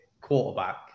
quarterback